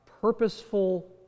purposeful